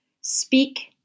Speak